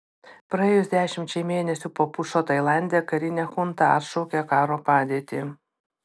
praėjus dešimčiai mėnesių po pučo tailande karinė chunta atšaukė karo padėtį